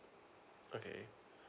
okay